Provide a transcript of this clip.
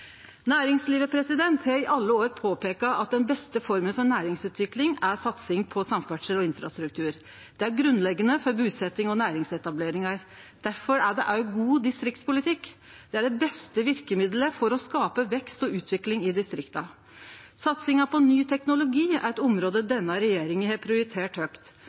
Næringslivet har i alle år påpeika at den beste forma for næringsutvikling er satsing på samferdsel og infrastruktur. Det er grunnleggjande for busetjing og næringsetableringar. Difor er det òg god distriktspolitikk. Det er det beste verkemiddelet for å skape vekst og utvikling i distrikta. Satsinga på ny teknologi er eit område denne regjeringa har prioritert høgt.